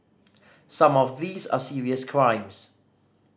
some of these are serious crimes